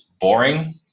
boring